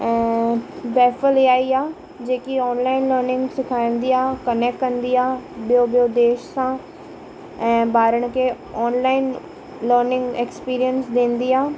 ऐं बैफल A I आहे जेकी ऑनलाइन अर्निंग सिखाईंदी आहे कनैक्ट कंदी आहे ॿियों वो देश सां ऐं ॿारनि खे ऑनलाइन लर्निंग एक्सपीरियंस ॾींदी आहे